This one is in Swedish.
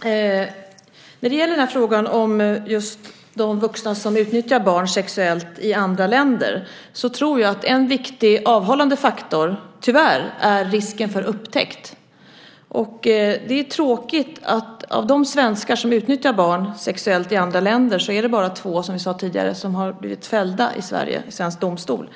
När det gäller frågan om just de vuxna som utnyttjar barn sexuellt i andra länder, så tror jag att en viktig avhållande faktor, tyvärr, är risken för upptäckt. Det är tråkigt att av de svenskar som utnyttjar barn sexuellt i andra länder är det bara två, som vi sade tidigare, som har blivit fällda i svensk domstol.